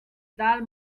dal